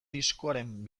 diskoaren